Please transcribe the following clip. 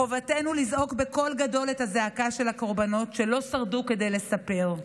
חובתנו לזעוק בקול גדול את הזעקה של הקורבנות שלא שרדו כדי לספר,